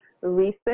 recent